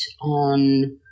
on